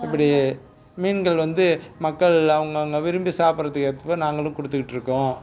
இப்படி மீன்கள் வந்து மக்கள் அவங்க அவங்க விரும்பி சாப்பிட்றதுக்கு ஏற்ற மாதிரி நாங்களும் கொடுத்துட்டு இருக்கோம்